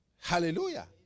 Hallelujah